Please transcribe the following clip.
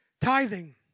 Tithing